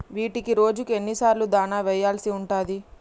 వీటికి రోజుకు ఎన్ని సార్లు దాణా వెయ్యాల్సి ఉంటది?